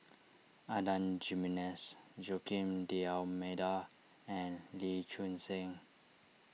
Adan Jimenez Joaquim D'Almeida and Lee Choon Seng